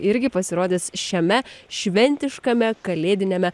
irgi pasirodys šiame šventiškame kalėdiniame